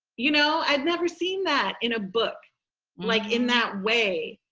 you know, i'd never seen that in a book like in that way,